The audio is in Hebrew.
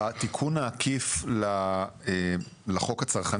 תודה, לירון.